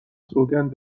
سوگند